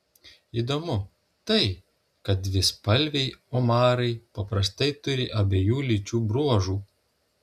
įdomu tai kad dvispalviai omarai paprastai turi abiejų lyčių bruožų